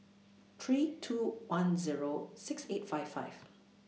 three two one Zero six eight five five